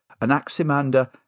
Anaximander